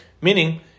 meaning